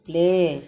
play